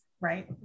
right